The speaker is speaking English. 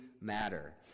matter